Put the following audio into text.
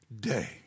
day